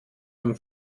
dem